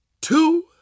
two